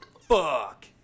fuck